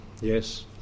Yes